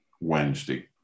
Wednesday